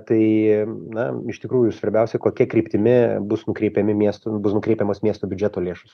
tai na iš tikrųjų svarbiausia kokia kryptimi bus nukreipiami miestam bus nukreipiamos miesto biudžeto lėšos